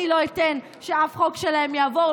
אני לא אתן שאף חוק שלהם יעבור,